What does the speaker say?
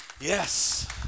Yes